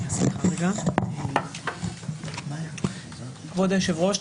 כבוד היושב-ראש,